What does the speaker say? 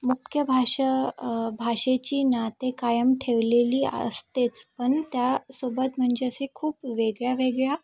मुख्य भाषा भाषेची नाते कायम ठेवलेली असतेच पण त्यासोबत म्हणजे असे खूप वेगळ्या वेगळ्या